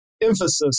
emphasis